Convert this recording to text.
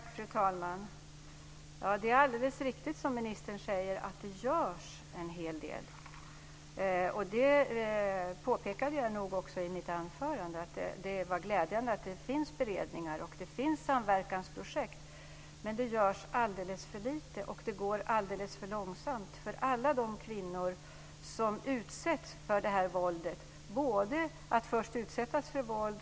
Fru talman! Det är alldeles riktigt som ministern säger att det görs en hel del. Det påpekade jag också i mitt anförande. Det är glädjande att det finns beredningar och samverkansprojekt. Men det görs alldeles för lite, och det går alldeles för långsamt för alla de kvinnor som utsätts för våldet. Dessa kvinnor har först utsatts för våld.